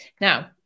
now